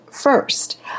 first